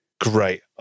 Great